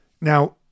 Now